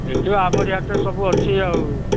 ଦେଖିବା ଆମରି ହାତରେ ସବୁ ଅଛି ଆଉ